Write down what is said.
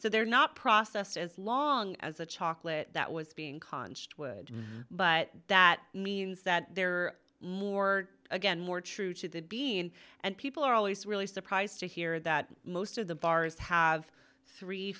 so they're not processed as long as the chocolate that was being const would but that means that there are more again more true to the being and people are always really surprised to hear that most of the bars have th